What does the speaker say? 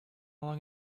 long